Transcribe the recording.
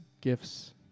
gifts